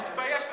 תתבייש לך.